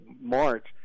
March